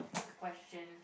question